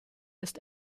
ist